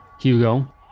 Hugo